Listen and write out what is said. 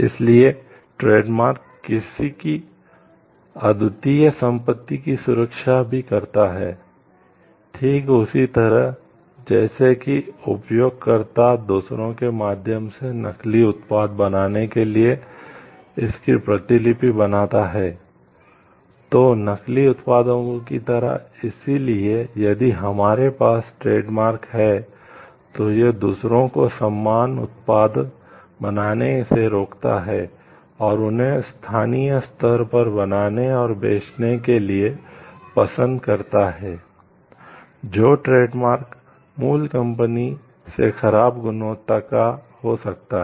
इसलिए ट्रेडमार्क से खराब गुणवत्ता का हो सकता है